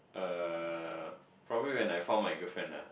uh probably when I found my girlfriend ah